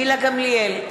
גילה גמליאל,